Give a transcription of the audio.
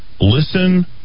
Listen